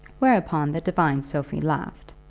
whereupon the divine sophie laughed.